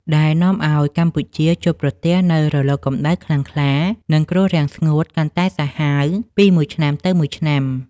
ដែលនាំឱ្យកម្ពុជាជួបប្រទះនូវរលកកម្ដៅខ្លាំងក្លា និងគ្រោះរាំងស្ងួតកាន់តែសាហាវពីមួយឆ្នាំទៅមួយឆ្នាំ។